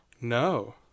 No